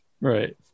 Right